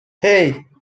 hey